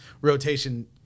rotation